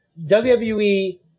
WWE